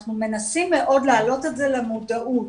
אנחנו מנסים מאוד להעלות את זה למודעות